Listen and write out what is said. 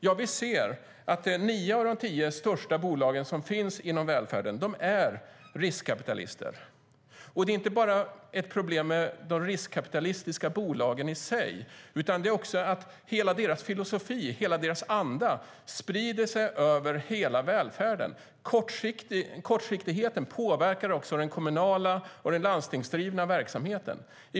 Jo, vi ser att nio av de tio största bolagen inom välfärden är riskkapitalister. Det är inte bara ett problem med de riskkapitalistiska bolagen i sig, utan det handlar också om att hela deras filosofi och hela deras anda sprider sig över hela välfärden. Kortsiktigheten påverkar även den kommunala och den landstingsdrivna verksamheten.